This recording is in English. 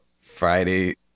Friday